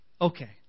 Okay